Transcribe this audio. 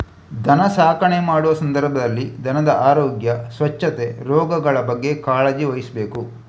ದನ ಸಾಕಣೆ ಮಾಡುವ ಸಂದರ್ಭದಲ್ಲಿ ದನದ ಆರೋಗ್ಯ, ಸ್ವಚ್ಛತೆ, ರೋಗಗಳ ಬಗ್ಗೆ ಕಾಳಜಿ ವಹಿಸ್ಬೇಕು